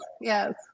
yes